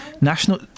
National